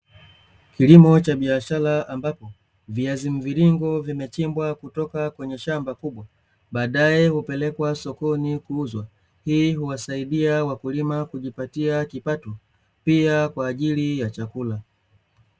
Kilimo cha biashara ambapo, viazi mvuringo vimechimbwa kutoka kwenye shamba kubwa baadae hupelekwa sokoni kuuzwa. Hii huwasaidia wakulima kujipatia kipato pia kwaajili ya chakula.